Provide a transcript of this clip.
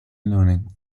learning